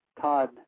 Todd